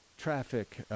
Traffic